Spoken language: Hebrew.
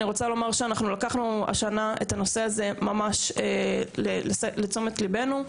אני רוצה לומר שלקחנו השנה את הנושא הזה לתשומת ליבנו,